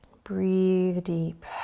breath deep.